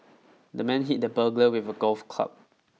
the man hit the burglar with a golf club